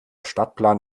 stadtplan